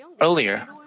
Earlier